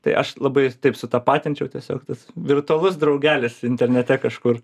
tai aš labai taip sutapatinčiau tiesiog tas virtualus draugelis internete kažkur